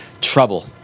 trouble